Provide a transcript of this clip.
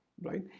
right